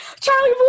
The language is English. Charlie